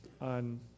on